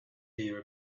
your